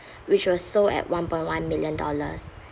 which was sold at one point one million dollars